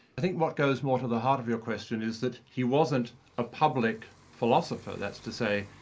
i think what goes more to the heart of your question is that he wasn't a public philosopher, that's to say,